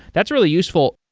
that's really useful.